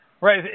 Right